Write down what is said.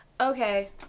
Okay